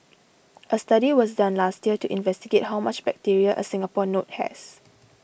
a study was done last year to investigate how much bacteria a Singapore note has